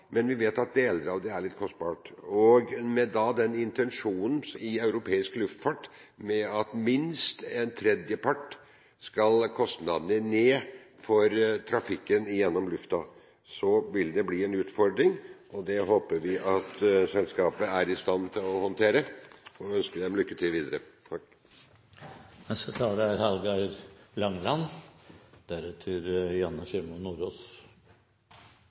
men at deler av virksomheten er litt kostbar. Når vi vet at man i europeisk luftfart har en intensjon om at man skal redusere kostnadene i lufttrafikken med minst en tredjepart, vil dette bli en utfordring. Det håper vi at selskapet er i stand til å håndtere. Vi får ønske dem lykke til videre.